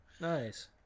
nice